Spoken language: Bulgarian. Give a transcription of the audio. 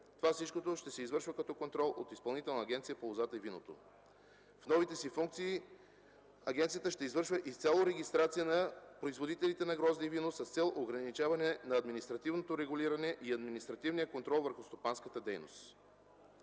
Контролът ще се извършва от Изпълнителната агенция по лозата и виното. С новите си функции агенцията ще извършва изцяло регистрацията на производителите на грозде и вино с цел ограничаване на административното регулиране и административния контрол върху стопанската дейност.